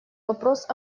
вопрос